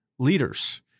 leaders